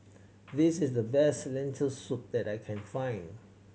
this is the best Lentil Soup that I can find